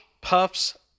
puffs